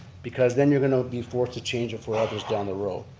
because then you're going to be forced to change it for others down the road.